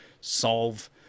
solve